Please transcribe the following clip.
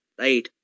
right